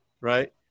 Right